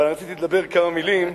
אבל אני רציתי לומר כמה מלים,